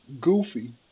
goofy